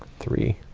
three